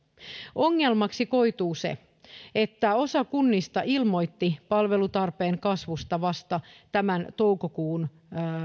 ongelmaksi koituu se että osa kunnista ilmoitti palvelutarpeen kasvusta vasta tämän toukokuun